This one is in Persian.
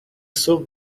صبح